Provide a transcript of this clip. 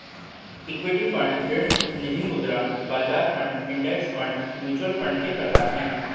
equity fund ऋण निधिमुद्रा बाजार fund index fund mutual fund के प्रकार हैं